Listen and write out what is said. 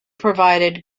provided